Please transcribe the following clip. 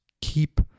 keep